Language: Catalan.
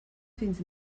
fins